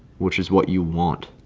which is what you want.